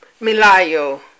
Milayo